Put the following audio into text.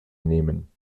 nehmen